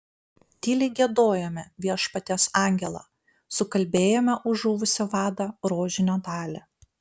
tyliai giedojome viešpaties angelą sukalbėjome už žuvusį vadą rožinio dalį